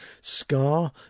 Scar